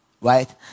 right